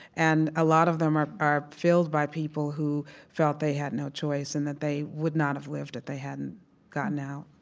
and a lot of them are are filled by people who felt they had no choice and that they would not have lived if they hadn't gotten out